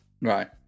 Right